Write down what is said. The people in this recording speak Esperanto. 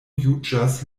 juĝas